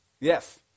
Yes